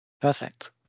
Perfect